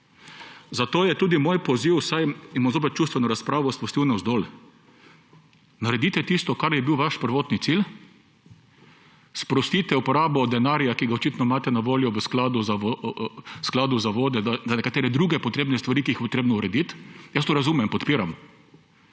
Zato je tudi moj poziv in bom zopet čustveno razpravo spustil navzdol. Naredite tisto, kar je bil vaš prvotni cilj, sprostite uporabo denarja, ki ga očitno imate na voljo v Skladu za vode za nekatere druge potrebne stvari, ki jih je treba urediti. Jaz to razumem in podpiram.